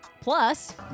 plus